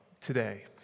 today